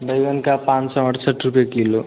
बैगन का पाँच सौ अरसठ रुपये किलो